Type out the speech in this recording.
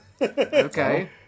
Okay